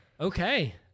Okay